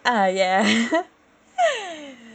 ah ya